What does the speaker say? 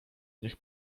niech